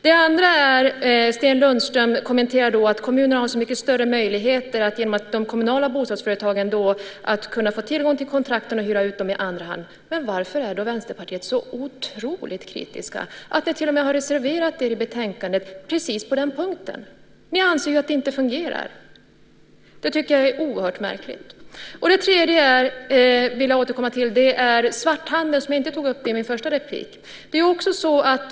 Det andra Sten Lundström kommenterar är att kommunen har så mycket större möjligheter genom de kommunala bostadsföretagen att få tillgång till kontrakten och hyra ut dem i andra hand. Varför är då ni i Vänsterpartiet så otroligt kritiska att ni till och med har reserverat er i betänkandet precis på den punkten? Ni anser att det inte fungerar. Det tycker jag är oerhört märkligt. Det tredje jag vill återkomma till är svarthandeln, som jag inte tog upp i min första replik.